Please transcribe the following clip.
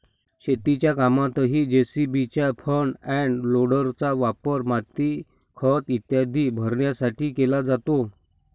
शेतीच्या कामातही जे.सी.बीच्या फ्रंट एंड लोडरचा वापर माती, खत इत्यादी भरण्यासाठी केला जातो